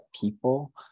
people